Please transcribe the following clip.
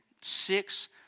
six